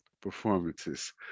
performances